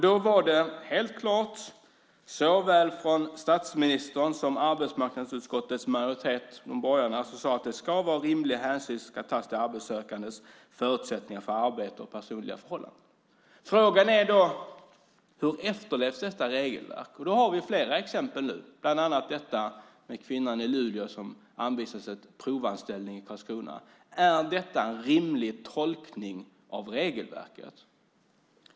Då sade man tydligt från statsministern och från borgarna att rimlig hänsyn ska tas till arbetssökandes förutsättningar för arbete och personliga förhållanden. Frågan är då hur detta regelverk efterlevs. Vi har nu flera exempel, bland annat detta med kvinnan i Luleå som erbjöds en provanställning i Karlskrona. Är detta en rimlig tolkning av regelverket?